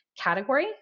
category